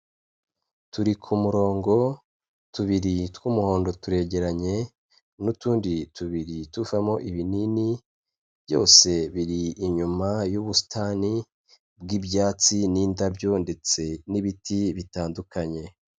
Turi ku murongo, tubiri tw'umuhondo turegeranye, n'utundi tubiri tuvamo ibinini, byose biri inyuma y'ubusitani bw'ibyatsi n'indabyo ndetse n'ibiti bitandukanye.